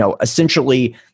Essentially